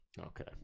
Okay